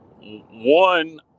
One